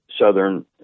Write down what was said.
Southern